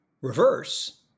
reverse